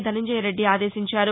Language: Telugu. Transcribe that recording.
ధనంజయరెడ్డి ఆదేశించారు